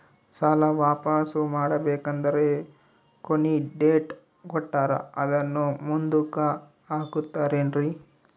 ಸಾಲ ವಾಪಾಸ್ಸು ಮಾಡಬೇಕಂದರೆ ಕೊನಿ ಡೇಟ್ ಕೊಟ್ಟಾರ ಅದನ್ನು ಮುಂದುಕ್ಕ ಹಾಕುತ್ತಾರೇನ್ರಿ?